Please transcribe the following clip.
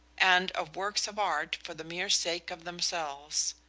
and of works of art for the mere sake of themselves.